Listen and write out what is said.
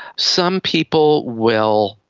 some people will,